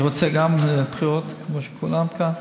גם אני רוצה בחירות, כמו כולם כאן.